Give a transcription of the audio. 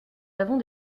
avons